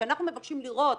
וכשאנחנו מבקשים לראות